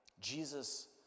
Jesus